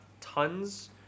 tons